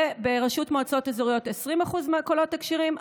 ובראשות מועצות אזוריות, 20% מהקולות הכשרים.